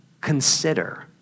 consider